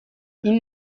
این